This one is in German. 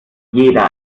jeder